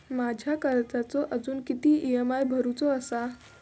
माझ्या कर्जाचो अजून किती ई.एम.आय भरूचो असा?